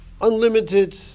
unlimited